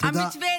תודה.